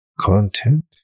content